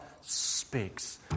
speaks